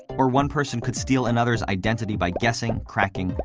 or one person could steal another's identity by guessing, cracking,